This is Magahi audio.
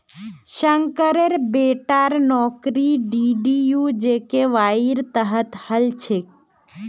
शंकरेर बेटार नौकरी डीडीयू जीकेवाईर तहत हल छेक